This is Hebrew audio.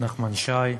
נחמן שי,